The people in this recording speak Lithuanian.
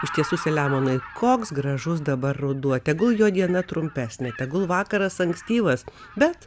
ištiesusi leonui koks gražus dabar ruduo tegul jo diena trumpesnė tegul vakaras ankstyvas bet